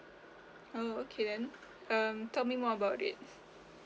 oh okay then um tell me more about it